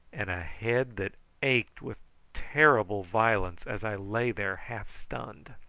and a head that ached with terrible violence as i lay there half-stunned.